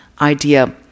idea